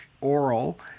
oral